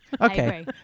Okay